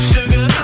Sugar